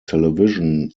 television